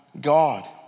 God